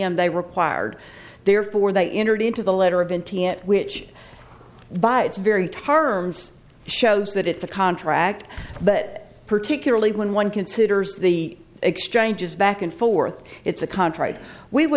m they required therefore they entered into the letter of n t l which by its very harmful shows that it's a contract but particularly when one considers the exchanges back and forth it's a contract we w